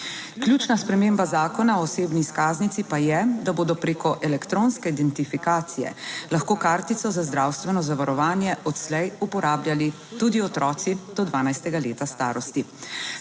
Ključna sprememba Zakona o osebni izkaznici pa je, da bodo preko elektronske identifikacije lahko kartico za zdravstveno zavarovanje odslej uporabljali tudi otroci do 12. leta starosti.